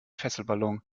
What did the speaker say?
fesselballon